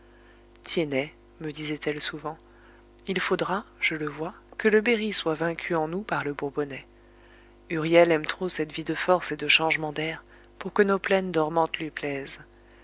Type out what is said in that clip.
tiennet me disait-elle souvent il faudra je le vois que le berry soit vaincu en nous par le bourbonnais huriel aime trop cette vie de force et de changement d'air pour que nos plaines dormantes lui plaisent